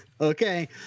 okay